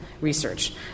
research